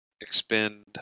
expend